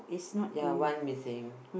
ya one missing